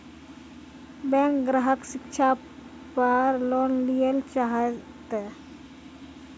Bank ग्राहक शिक्षा पार लोन लियेल चाहे ते?